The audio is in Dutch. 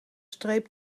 streep